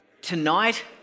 Tonight